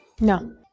No